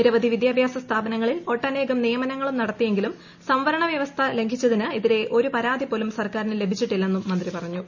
നിരവധി വിദ്യാഭ്യാസ സ്ഥാപനങ്ങളിൽ ഒട്ടനേകം നിയമനങ്ങളും നടത്തിയെങ്കിലും സവംരണ വൃവസ്ഥ ലംഘിച്ചതിന് എതിരെ ഒരു പരാതി പോലും സർക്കാരിന് ലഭിച്ചിട്ടില്ലെന്നും മന്ത്രി പറഞ്ഞു